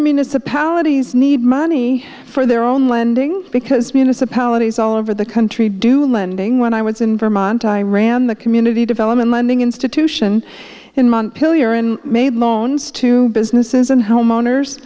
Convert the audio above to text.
municipalities need money for their own lending because municipalities all over the country do lending when i was in vermont i ran the community development lending institution in month pil year and made loans to businesses and homeowners